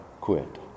quit